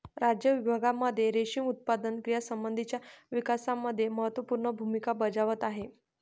राज्य विभागांमध्ये रेशीम उत्पादन क्रियांसंबंधीच्या विकासामध्ये महत्त्वपूर्ण भूमिका बजावत आहे